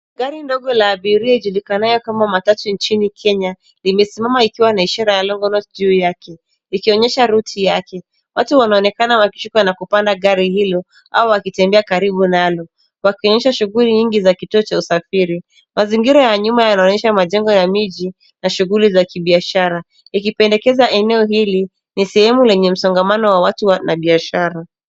Gari ndogo la abiria ijulikanayo kama matatu nchini Kenya limesimama ikiwa na ishara ya longonot juu yake likionyesha ruti yake. Watu wanaonekana wakishuka na kupanda gari hilo au wakitembea karibu nalo, wakionyesha shughuli nyingi za kituo cha usafiri. Mazingira ya nyuma yanaonyesha majengo ya mji na shughuli ya kibiashara ikipendekeza eneo hili ni sehemu lenye msongamano na watu wa biashara.